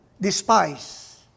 despise